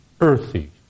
earthy